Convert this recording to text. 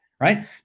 Right